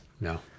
No